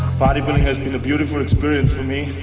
bodybuilding has been a beautiful experience for me,